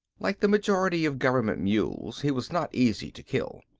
like the majority of government mules he was not easy to kill.